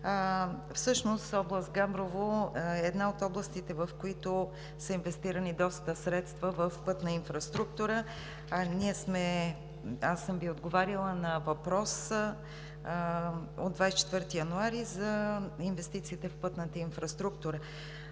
всъщност област Габрово е една от областите, в които са инвестирани доста средства в пътна инфраструктура. Аз съм Ви отговаряла на въпрос от 24 януари за инвестициите в пътната инфраструктура,